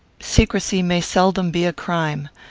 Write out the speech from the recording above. secrecy may seldom be a crime.